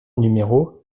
numéro